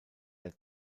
der